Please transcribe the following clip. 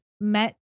met